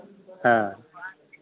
हाँ